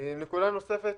נקודה נוספת